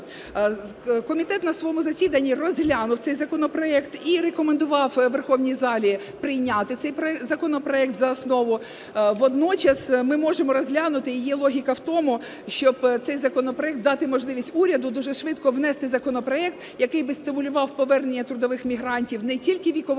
Комітет на своєму засіданні розглянув цей законопроект і рекомендував Верховній Раді прийняти цей законопроект за основу. Водночас ми можемо розглянути, і є логіка в тому, щоб цей законопроект, дати можливість уряду дуже швидко внести законопроект, який би стимулював повернення трудових мігрантів не тільки вікової